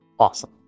Awesome